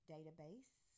Database